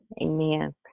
Amen